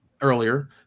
earlier